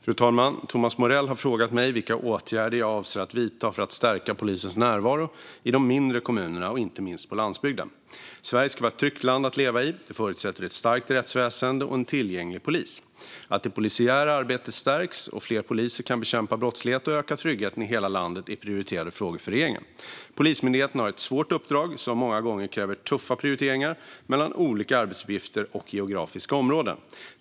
Fru talman! Thomas Morell har frågat mig vilka åtgärder jag avser att vidta för att stärka polisens närvaro i de mindre kommunerna och inte minst på landsbygden. Sverige ska vara ett tryggt land att leva i. Det förutsätter ett starkt rättsväsen och en tillgänglig polis. Att det polisiära arbetet stärks och att fler poliser kan bekämpa brottsligheten och öka tryggheten i hela landet är prioriterade frågor för regeringen. Polismyndigheten har ett svårt uppdrag som många gånger kräver tuffa prioriteringar mellan olika arbetsuppgifter och geografiska områden.